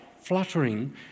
fluttering